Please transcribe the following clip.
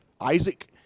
Isaac